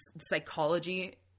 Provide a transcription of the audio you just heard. psychology